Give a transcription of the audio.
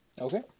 Okay